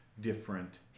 different